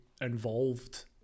involved